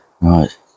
right